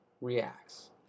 reacts